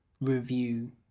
review